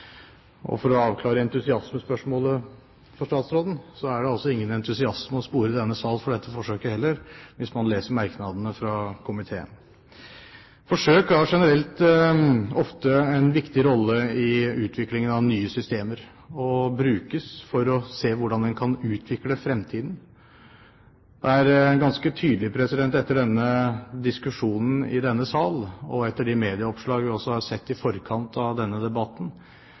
Og for å avklare entusiasmespørsmålet for statsråden, er det altså ingen entusiasme å spore i denne sal for dette forsøket heller, hvis man leser merknadene fra komiteen. Forsøk har generelt ofte en viktig rolle i utviklingen av nye systemer, og brukes for å se hvordan en kan utvikle fremtiden. Det er ganske tydelig etter denne diskusjonen i denne sal og etter de medieoppslag vi også har sett i forkant av denne debatten,